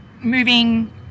moving